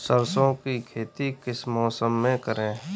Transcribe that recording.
सरसों की खेती किस मौसम में करें?